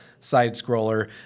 Side-scroller